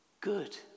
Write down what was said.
good